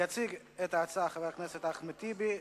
יציג את ההצעה חבר הכנסת אחמד טיבי.